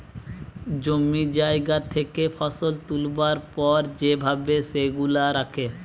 জমি জায়গা থেকে ফসল তুলবার পর যে ভাবে সেগুলা রাখে